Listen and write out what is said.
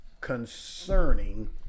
concerning